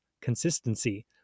consistency